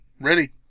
Ready